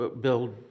build